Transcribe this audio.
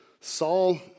Saul